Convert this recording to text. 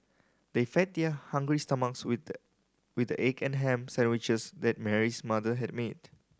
they fed their hungry stomachs with the with the egg and ham sandwiches that Mary's mother had made